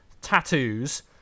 Tattoos